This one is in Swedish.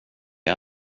jag